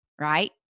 right